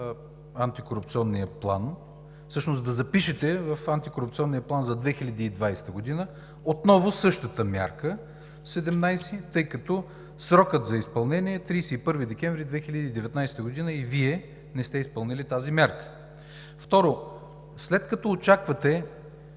трябва всъщност да запишете в антикорупционния план за 2020 г. отново същата мярка 17, тъй като срокът за изпълнение е 31 декември 2019 г. и Вие не сте изпълнили тази мярка. Второ, след като очаквате